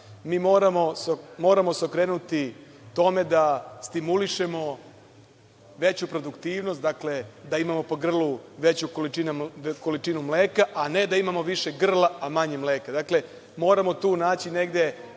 se moramo okrenuti tome da stimulišemo veću produktivnost, dakle, da imamo po grlu veću količinu mleka, a ne da imamo više grla, a manje mleka. Dakle, moramo tu naći negde